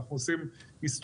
אנחנו עושים היסטוריה.